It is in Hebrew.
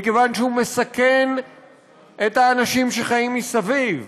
מכיוון שהוא מסכן את האנשים שחיים מסביב,